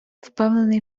впевнений